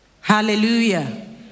hallelujah